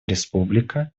республика